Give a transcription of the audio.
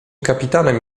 kapitanem